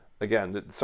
Again